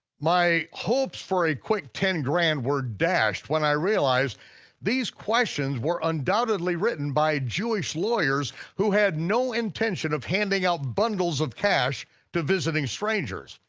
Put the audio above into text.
my hopes for a quick ten grand were dashed when i realized these questions were undoubtedly written by jewish lawyers who had no intention of handing out bundles of cash to visiting strangers.